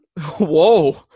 Whoa